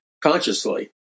consciously